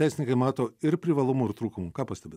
teisininkai mato ir privalumų ir trūkumų ką pastebit